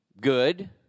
good